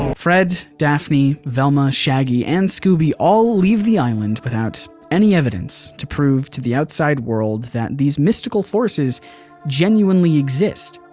fred, daphne, velma, shaggy, and scooby all leave the island without any evidence to prove to the outside world that these mystical forces genuinely exist.